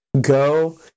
go